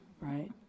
Right